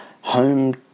home